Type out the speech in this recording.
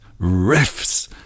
riffs